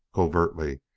covertly,